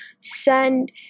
send